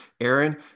Aaron